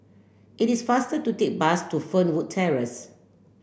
it is faster to take bus to Fernwood Terrace